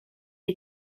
est